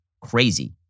crazy